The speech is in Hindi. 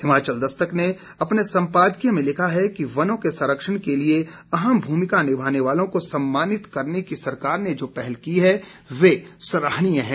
हिमाचल दस्तक ने अपने संपादकीय में लिखा है कि वनों के सरंक्षण के लिए अहम भूमिका निभाने वालों को सम्मानित करने की सरकार ने जो पहल की है वे सराहनीय है